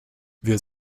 wir